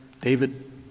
David